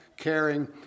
caring